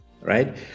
right